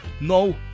No